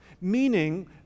Meaning